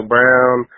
Brown